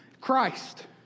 Christ